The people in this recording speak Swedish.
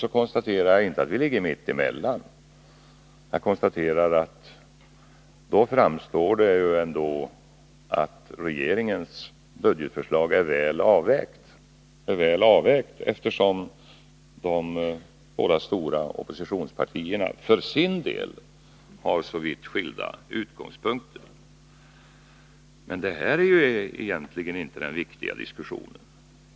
Då konstaterar jag inte att vi ligger mitt emellan, utan att det då ändå framstår som klart att regeringens budgetförslag är väl avvägt, eftersom de båda stora oppositionspartierna för sin del har så vitt skilda utgångspunkter. Men det här är egentligen inte den viktiga diskussionen.